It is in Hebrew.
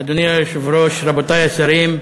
אדוני היושב-ראש, רבותי השרים,